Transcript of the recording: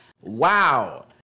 Wow